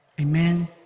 Amen